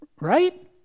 right